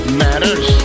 matters